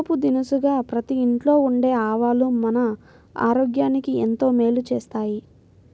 పోపు దినుసుగా ప్రతి ఇంట్లో ఉండే ఆవాలు మన ఆరోగ్యానికి ఎంతో మేలు చేస్తాయి